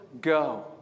go